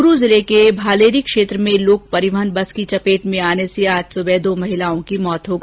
चूरू जिले के भालेरी क्षेत्र में लोक परिवहन बस की चपेट में आने से आज सुबह दो महिलाओं की मौत हो गई